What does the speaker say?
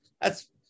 thats